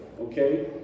okay